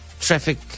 Traffic